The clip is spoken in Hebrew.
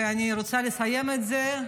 ואני רוצה לסיים את זה.